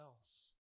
else